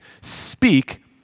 Speak